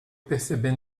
perceber